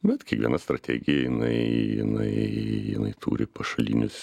bet kiekviena strategija jinai jinai jinai turi pašalinius